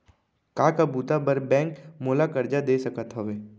का का बुता बर बैंक मोला करजा दे सकत हवे?